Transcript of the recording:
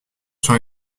sont